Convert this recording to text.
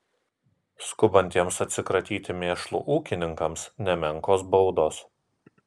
skubantiems atsikratyti mėšlu ūkininkams nemenkos baudos